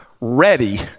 ready